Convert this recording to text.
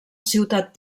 ciutat